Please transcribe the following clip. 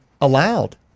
allowed